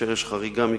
כאשר יש חריגה מכך,